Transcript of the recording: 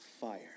fire